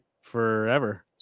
forever